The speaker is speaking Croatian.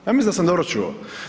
Ja mislim da sam dobro čuo.